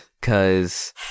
Cause